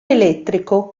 elettrico